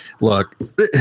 look